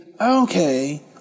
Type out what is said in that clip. okay